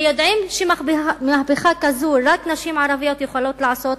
ויודעים שמהפכה כזאת רק נשים ערביות יכולות לעשות,